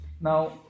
now